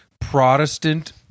Protestant